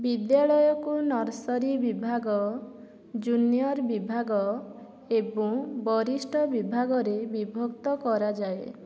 ବିଦ୍ୟାଳୟକୁ ନର୍ସରୀ ବିଭାଗ ଜୁନିୟର୍ ବିଭାଗ ଏବଂ ବରିଷ୍ଠ ବିଭାଗରେ ବିଭକ୍ତ କରାଯାଏ